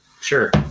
sure